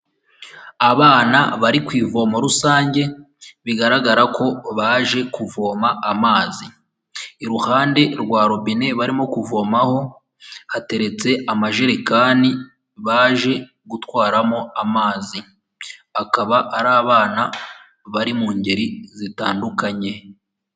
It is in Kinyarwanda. Abana bari ku ivomo rusange bigaragara ko baje kuvoma amazi, iruhande rwa robine barimo kuvomaho hateretse amajerekani baje gutwaramo amazi, akaba ari abana bari mu ngeri zitandukanye.